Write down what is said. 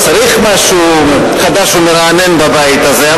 צריך משהו חדש ומרענן בבית הזה,